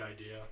idea